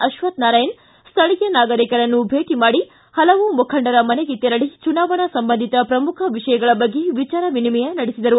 ಅಶ್ವಕ್ಷನಾರಾಯಣ ಸ್ವಳೀಯ ನಾಗರಿಕರನ್ನು ಭೇಟಿ ಮಾಡಿ ಪಲವು ಮುಖಂಡರ ಮನೆಗೆ ತೆರಳಿ ಚುನಾವಣಾ ಸಂಬಂಧಿತ ಪ್ರಮುಖ ವಿಷಯಗಳ ಬಗ್ಗೆ ವಿಚಾರ ವಿನಿಮಯ ನಡೆಸಿದರು